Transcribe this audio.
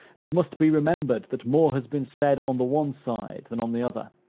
it must be remembered that more has been said on the one side than on the other.